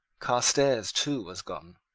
carstairs, too, was gone.